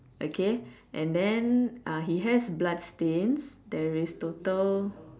okay and then uh he has blood stains there is total